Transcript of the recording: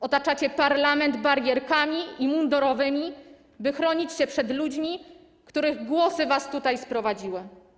Otaczacie parlament barierkami i mundurowymi, by chronić się przed ludźmi, których głosy was tutaj sprowadziły.